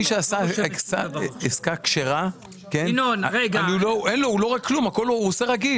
מי שעשה עסקה כשרה, הוא עושה רגיל.